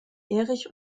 erich